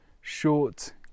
short